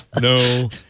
No